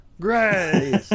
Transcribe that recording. Great